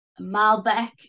Malbec